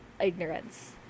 ignorance